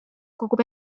kogub